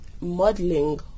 modeling